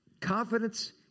Confidence